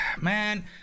man